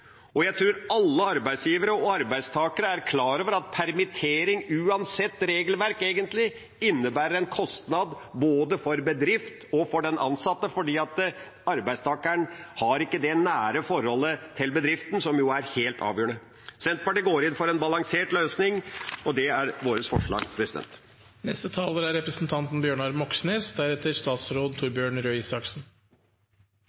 Jeg tror alle arbeidsgivere og arbeidstakere er klar over at permittering uansett regelverk egentlig innebærer en kostnad både for bedrift og for den ansatte, for arbeidstakeren har ikke det nære forholdet til bedriften, som jo er helt avgjørende. Senterpartiet går inn for en balansert løsning, og det er vårt forslag.